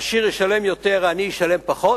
העשיר ישלם יותר, העני ישלם פחות.